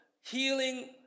healing